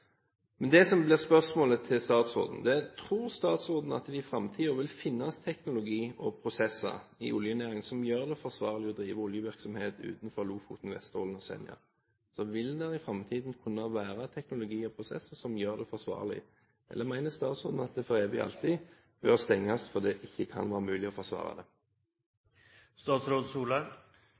Men det som blir spørsmålet til statsråden, er: Tror statsråden at det i framtiden vil finnes teknologi og prosesser i oljenæringen som gjør det forsvarlig å drive oljevirksomhet utenfor Lofoten og Vesterålen og Senja? Vil det i framtiden kunne være teknologi og prosesser som gjør det forsvarlig? Eller mener statsråden at det for evig og alltid bør stenges fordi det ikke kan være mulig å forsvare det?